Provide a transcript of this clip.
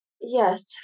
Yes